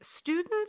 students